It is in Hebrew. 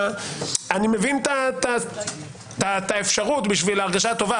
אני מבין את האפשרות בשביל ההרגשה הטובה,